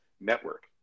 network